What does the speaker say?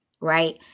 right